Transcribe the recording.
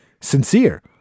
sincere